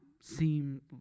seem